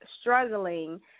struggling